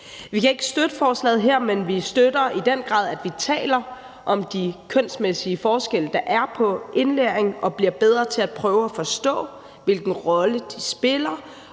Vi kan ikke støtte forslaget her, men vi støtter i den grad, at vi taler om de kønsmæssige forskelle, der er i forhold til indlæringen, og at vi bliver bedre til at prøve at forstå, hvilken rolle de spiller,